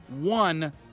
one